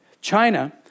China